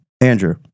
Andrew